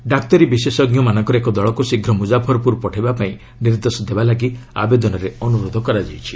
ଡାକ୍ତରୀ ବିଶେଷଜ୍ଞମାନଙ୍କର ଏକ ଦଳକୁ ଶୀଘ୍ର ମୁଜାଫରପୁର ପଠାଇବା ଲାଗି ନିର୍ଦ୍ଦେଶ ଦେବାପାଇଁ ଆବେଦନରେ ଅନୁରୋଧ କରାଯାଇଛି